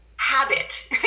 habit